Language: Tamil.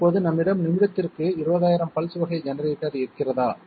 இப்போது நம்மிடம் நிமிடத்திற்கு 20000 பல்ஸ் வகை ஜெனரேட்டர் இருக்கிறதா